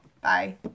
Bye